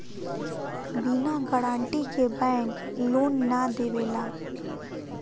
बिना गारंटी के bank loan ना देवेला